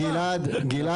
גלעד, גלעד.